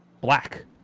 black